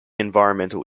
environmental